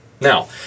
Now